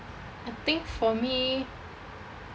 I think for me